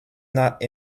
not